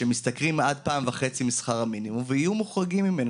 שמשתכרים עד פעם וחצי משכר המינימום ויהיו מוחרגים ממנו,